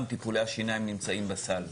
גם טיפולי השיניים נמצאים בסל.